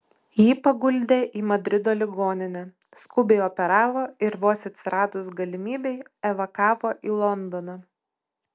jį paguldė į madrido ligoninę skubiai operavo ir vos atsiradus galimybei evakavo į londoną